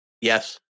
Yes